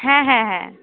হ্যাঁ হ্যাঁ হ্যাঁ